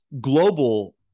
global